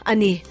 Ani